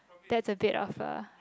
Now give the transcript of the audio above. that's a bit of of a